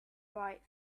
right